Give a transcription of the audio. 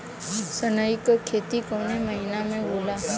सनई का खेती कवने महीना में होला?